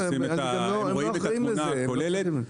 שרואים את התמונה הכוללת.